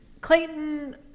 Clayton